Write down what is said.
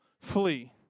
flee